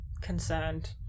concerned